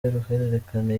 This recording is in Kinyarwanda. y’uruhererekane